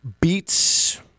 Beats